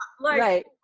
right